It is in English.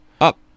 Up